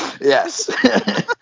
Yes